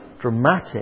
dramatic